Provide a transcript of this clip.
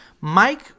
mike